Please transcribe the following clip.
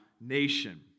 nation